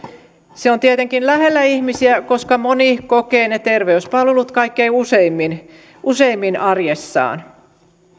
se on tietenkin lähellä ihmisiä koska moni kokee ne terveyspalvelut kaikkein useimmin useimmin arjessaan